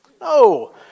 No